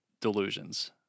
delusions